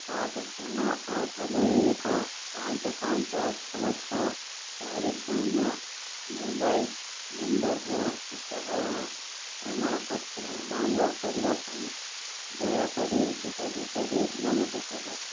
ସାତ ଶୂନ ଆଠ ଦୁଇ ଏକ ପାଞ୍ଚ ପାଞ୍ଚ ଛଅ ଛଅ ଚାରି ଶୂନ ମୋବାଇଲ୍ ନମ୍ବରର ଟିକାକରଣ ପ୍ରମାଣପତ୍ର ଡାଉନଲୋଡ୍ କରିବା ପାଇଁ ଦୟାକରି ହିତାଧିକାରୀ ନାମଟିକୁ ବାଛ